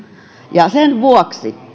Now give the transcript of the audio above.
ja sen vuoksi